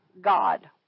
God